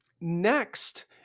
next